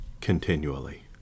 continually